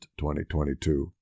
2022